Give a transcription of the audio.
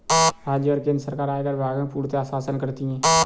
राज्य और केन्द्र सरकार आयकर विभाग में पूर्णतयः शासन करती हैं